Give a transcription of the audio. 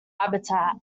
habitat